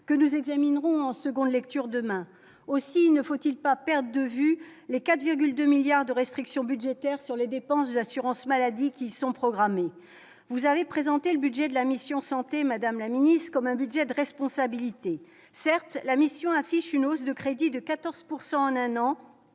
que nous examinerons en seconde lecture demain aussi, ne faut-il pas perdre de vue les 4,2 milliards de restrictions budgétaires sur les dépenses d'assurance maladie qui sont programmées, vous avez présenté le budget de la mission santé, Madame la Ministre, comme un budget de responsabilité certes la mission affiche une hausse de crédit de 14 pourcent